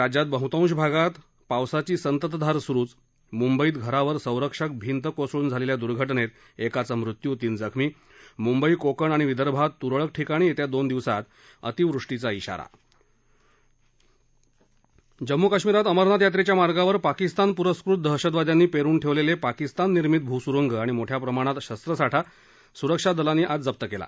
राज्यात बहुतांश भागात पावसाची संततधार सुरुच मुंबईत घरावर संरक्षण भिंत कोसळून झालेल्या दुर्घटनेत एकाचा मृत्यू तीन जखमी मुंबई कोकण आणि विदर्भात तुरळक ठिकाणी येत्या दोन दिवसात अति वृष्टीचा खाारा जम्मू काश्मिरात अमरनाथ यात्रेच्या मार्गावर पाकिस्तान पुरस्कृत दहशतवाद्यांनी पेरून ठेवलेले पाकिस्तान निर्मित भूसुरुंग आणि मोठ्या प्रमाणात शस्त्रसाठा सुरक्षा दलांनी आज जप्त केला